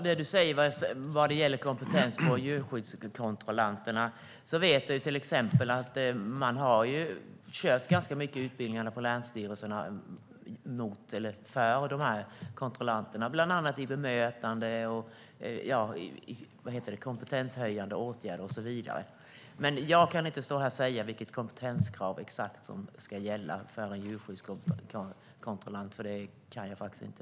Herr talman! Vad gäller kompetensen hos djurskyddskontrollanterna vet jag att man har kört ganska mycket utbildningar på länsstyrelserna för kontrollanterna, bland annat i bemötande, kompetenshöjande åtgärder och så vidare. Men jag kan inte stå här och säga exakt vilket kompetenskrav som ska gälla för en djurskyddskontrollant, för det vet jag faktiskt inte.